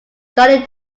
johnny